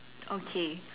okay